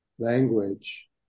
language